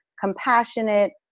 compassionate